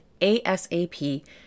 ASAP